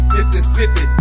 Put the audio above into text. Mississippi